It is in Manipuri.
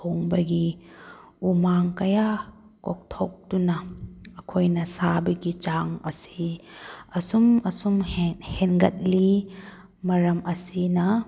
ꯊꯣꯡꯕꯒꯤ ꯎꯃꯪ ꯀꯌꯥ ꯀꯣꯛꯊꯣꯛꯇꯨꯅ ꯑꯩꯈꯣꯏꯅ ꯁꯥꯕꯒꯤ ꯆꯥꯡ ꯑꯁꯤ ꯑꯁꯨꯝ ꯑꯁꯨꯝ ꯍꯦꯟꯒꯠꯂꯤ ꯃꯔꯝ ꯑꯁꯤꯅ